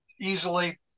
easily